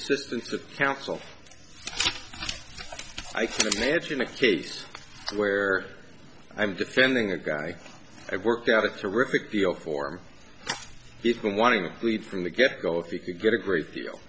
assistance of counsel i can imagine a case where i'm defending a guy i worked out a terrific deal for me even wanting to plead from the get go if you could get a great deal